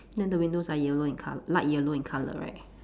then the windows are yellow in col~ light yellow in colour right